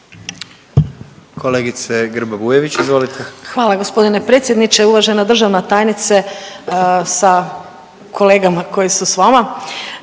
izvolite. **Grba-Bujević, Maja (HDZ)** Hvala g. predsjedniče. Uvažena državna tajnice sa kolegama koji su s vama.